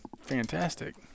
fantastic